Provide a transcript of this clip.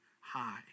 high